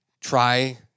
try